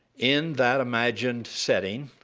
in that imagined setting,